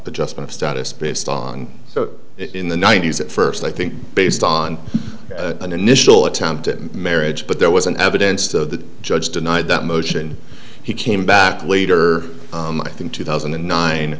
just status based on so in the ninety's at first i think based on an initial attempt at marriage but there was an evidence to the judge denied that motion he came back later i think two thousand and nine